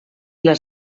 les